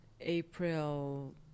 April